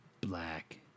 Black